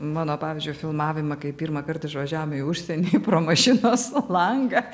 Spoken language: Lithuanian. mano pavyzdžiui filmavimą kai pirmą kartą išvažiavom į užsienį pro mašinos langą